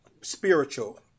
spiritual